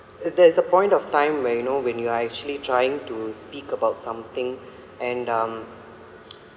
there is a point of time where you know when you actually trying to speak about something and um